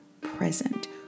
present